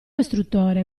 istruttore